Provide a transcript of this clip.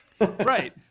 right